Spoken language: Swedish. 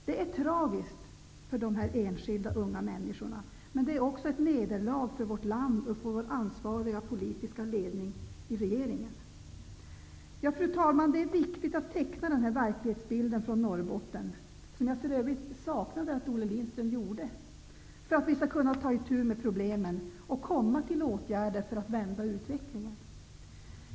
Det är tragiskt för dessa enskilda unga människor, men det är också ett nederlag för vårt land och för den ansvariga politiska ledningen i regeringen. Fru talman! Det är viktigt att teckna den här verklighetsbilden från Norrbotten -- som jag för övrigt saknade i Olle Lindströms anförande -- för att vi skall kunna ta itu med problemen och komma fram till åtgärder för att vända utvecklingen.